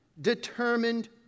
determined